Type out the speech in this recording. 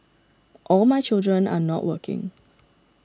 all my children are not working